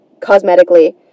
cosmetically